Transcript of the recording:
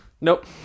Nope